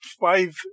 five